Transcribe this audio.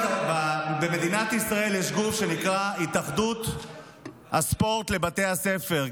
במדינת ישראל יש גוף שנקרא התאחדות הספורט לבתי הספר,